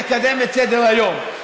לקדם את סדר-היום.